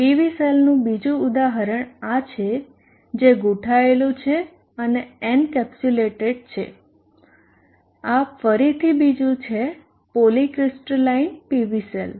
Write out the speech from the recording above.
PV સેલનું બીજું ઉદાહરણ આ છે જે ગૂંથાયેલું છે અને એન્કેપ્સ્યુલેટેડ છે આ ફરીથી બીજું છે પોલી ક્રિસ્ટલાઈન PV સેલ